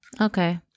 Okay